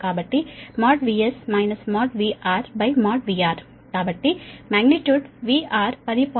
కాబట్టి VS VRVR కాబట్టి magnitude VR 10